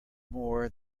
more